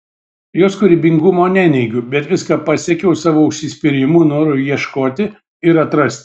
jos kūrybingumo neneigiu bet viską pasiekiau savo užsispyrimu noru ieškoti ir atrasti